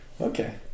okay